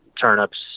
turnips